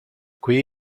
qui